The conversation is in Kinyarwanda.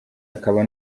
akaba